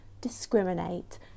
discriminate